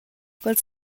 quels